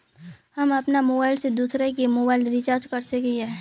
हम अपन मोबाईल से दूसरा के मोबाईल रिचार्ज कर सके हिये?